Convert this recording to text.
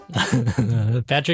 Patrick